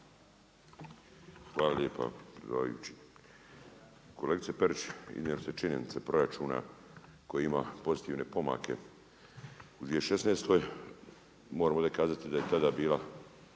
Hvala lijepa predsjedavajući. Kolegice Perić iznijeli ste činjenice proračuna koji ima pozitivne pomake u 2016. Moram ovdje kazati da je tada bila